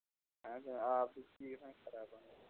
اَہن حظ آ آب سۭتۍ چھُ یہِ گژھان خراب